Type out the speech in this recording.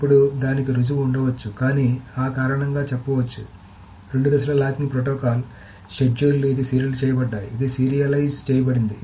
ఇప్పుడు దానికి రుజువు ఉండవచ్చు కానీ ఆ కారణంగా చెప్పవచ్చు రెండు దశల లాకింగ్ ప్రోటోకాల్ షెడ్యూల్లు ఇది సీరియల్ చేయబడ్డాయి ఇది సీరియలైజ్ చేయబడింది